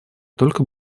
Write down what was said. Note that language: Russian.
только